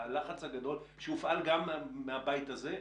הלחץ הגדול שהופעל גם מהבית הזה,